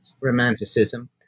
romanticism